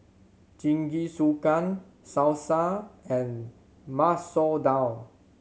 Jingisukan Salsa and Masoor Dal